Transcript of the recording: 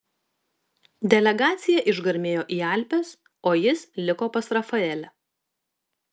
delegacija išgarmėjo į alpes o jis liko pas rafaelę